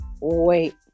wait